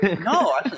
No